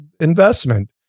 investment